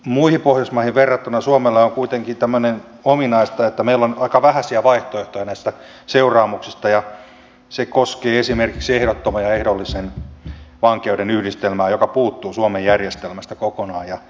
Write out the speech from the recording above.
muihin pohjoismaihin verrattuna suomelle on kuitenkin ominaista tämmöinen että meillä on aika vähäisiä vaihtoehtoja näistä seuraamuksista ja se koskee esimerkiksi ehdottoman ja ehdollisen vankeuden yhdistelmää joka puuttuu suomen järjestelmästä kokonaan